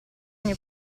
ogni